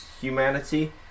humanity